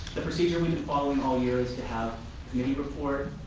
the procedure we've been following all year is to have mini report